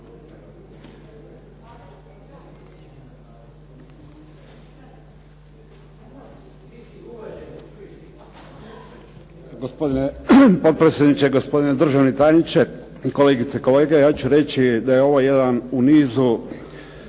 Gospodine potpredsjedniče, gospodine državni tajniče kolegice i kolege. Ja ću reći da je ovo jedan u nizu